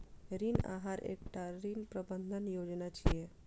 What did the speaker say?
ऋण आहार एकटा ऋण प्रबंधन योजना छियै